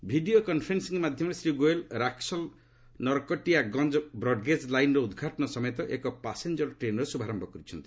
video conferencing ମାଧ୍ୟମରେ Shri Goyal Raxaul Narkatiaganj broad gauge ଲାଇନ୍ର ଉଦ୍ଘାଟନ ସମେତ ଏକ ପାସେଞ୍ଜର ଟ୍ରେନ୍ର ଶୁଭାରମ୍ଭ କରିଛନ୍ତି